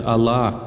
Allah